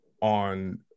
On